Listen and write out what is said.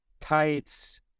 tights